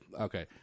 Okay